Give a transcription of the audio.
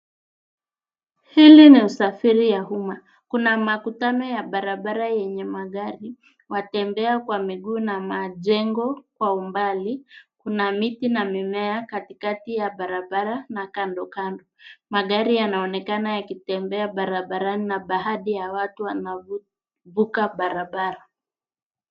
Hili ni usafiri ya uma. Kuna makutano ya barabara yenye magari, watembea kwa miguu, na majengo kwa umbali. Kuna miti na mimea katikati ya barabara na kando kando. Magari yaaonekana yakitembea barabarani, na baadhi ya watu wanavuka barabara.